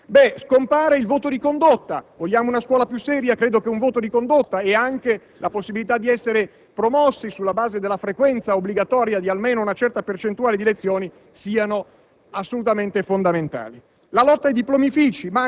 totale disinformazione che attua questo Ministro. Scompare il voto di condotta; se vogliamo una scuola seria credo che un voto di condotta, nonché la possibilità di essere promossi sulla base della frequenza obbligatoria di una certa percentuale di lezioni siano